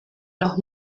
los